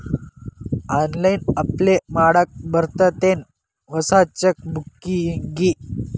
online apply ಮಾಡಾಕ್ ಬರತ್ತೇನ್ ಹೊಸ ಚೆಕ್ ಬುಕ್ಕಿಗಿ